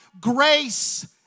grace